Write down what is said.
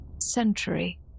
century